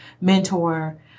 mentor